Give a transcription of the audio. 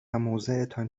موضعتان